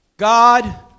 God